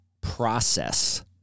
process